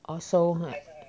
oh 收 ha